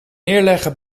neerleggen